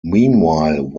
meanwhile